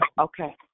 Okay